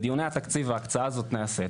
בדיוני התקציב ההקצאה הזאת נעשית,